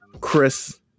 Chris